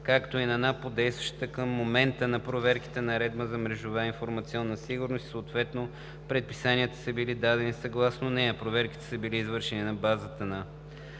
както и на НАП по действащата към момента на проверките Наредба за мрежова и информационна сигурност и съответно предписанията са били дадени съгласно нея. Проверките са били извършени на базата на